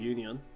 Union